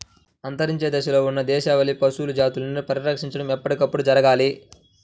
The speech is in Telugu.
అంతరించే దశలో ఉన్న దేశవాళీ పశువుల జాతులని పరిరక్షించడం ఎప్పటికప్పుడు జరగాలి